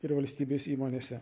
ir valstybės įmonėse